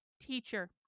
teacher